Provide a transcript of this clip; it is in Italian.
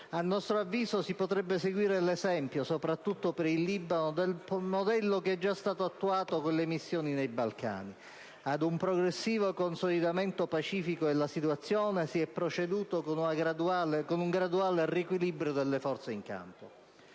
di responsabilità. Si potrebbe seguire l'esempio, soprattutto per il Libano, del modello che è già stato attuato con le missioni nei Balcani: ad un progressivo consolidamento pacifico della situazione si è proceduto con un graduale riequilibrio delle forze in campo.